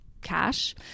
cash